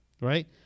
right